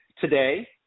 today